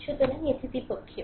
সুতরাং এটি দ্বিপক্ষীয়